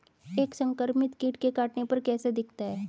एक संक्रमित कीट के काटने पर कैसा दिखता है?